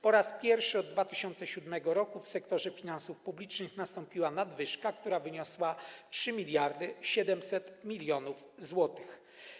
Po raz pierwszy od 2007 r. w sektorze finansów publicznych nastąpiła nadwyżka, która wyniosła 3700 mln zł.